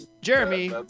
Jeremy